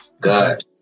God